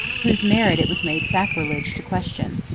whose merit it was made sacrilege to question.